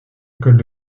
écoles